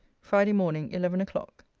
friday morning, eleven o'clock.